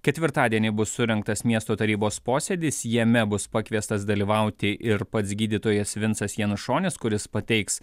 ketvirtadienį bus surengtas miesto tarybos posėdis jame bus pakviestas dalyvauti ir pats gydytojas vincas janušonis kuris pateiks